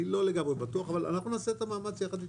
אני לא לגמרי בטוח אבל נעשה את המאמץ יחד איתם.